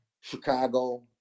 Chicago